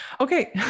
Okay